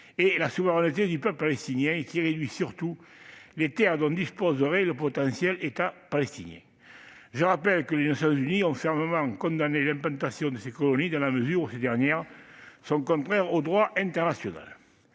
et la souveraineté du peuple palestinien, et qui réduisent surtout les terres dont disposerait le potentiel État palestinien. Je rappelle que les Nations unies ont fermement condamné l'implantation de ces colonies, dénoncées comme contraires au droit international.